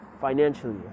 Financially